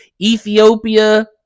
Ethiopia